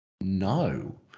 No